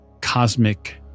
cosmic